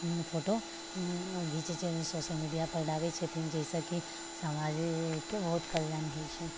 ओ बहुत फोटो घिचै छथिन सोशल मीडियापर डालै छथिन जैसँ कि समाजिक बहुत कल्याण होइ छै